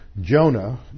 Jonah